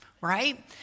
right